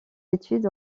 études